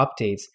updates